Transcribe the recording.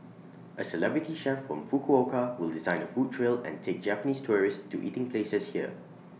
A celebrity chef from Fukuoka will design A food trail and take Japanese tourists to eating places here